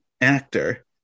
actor